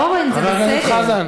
אורן, זה בסדר.